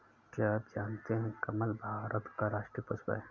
क्या आप जानते है कमल भारत का राष्ट्रीय पुष्प है?